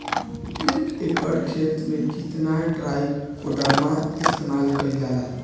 एक एकड़ खेत में कितना ट्राइकोडर्मा इस्तेमाल कईल जाला?